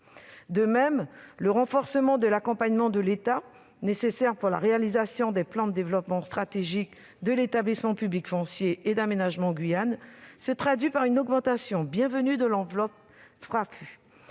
De même, le renforcement de l'accompagnement de l'État, nécessaire pour la réalisation des plans de développement stratégique de l'établissement public foncier et d'aménagement de la Guyane, se traduit par une augmentation bienvenue de l'enveloppe du